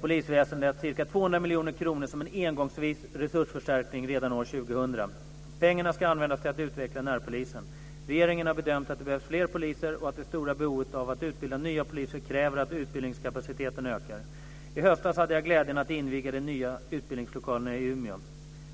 polisväsendet ca 200 miljoner kronor som en engångsvis resursförstärkning redan år 2000. Pengarna ska användas till att utveckla närpolisen. Regeringen har bedömt att det behövs fler poliser och att det stora behovet av att utbilda nya poliser kräver att utbildningskapaciteten ökar. I höstas hade jag glädjen att inviga de nya utbildningslokalerna i Umeå.